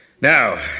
Now